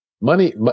Money